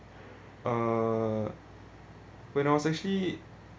uh when I was actually